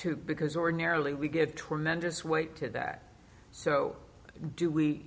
too because ordinarily we get tremendous weight to that so do we